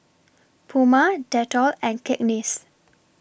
Puma Dettol and Cakenis